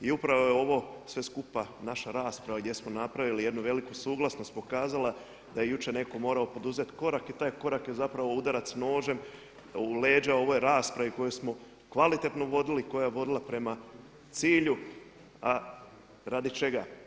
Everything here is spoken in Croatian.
I upravo je ovo sve skupa naša rasprava gdje smo napravili jednu veliku suglasnost pokazala da je jučer netko morao poduzeti korak i taj korak je zapravo udarac nožem u leđa ovoj raspravi koju smo kvalitetno vodili i koja je vodila prema cilju a radi čega?